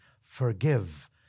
Forgive